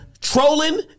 trolling